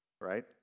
right